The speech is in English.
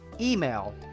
email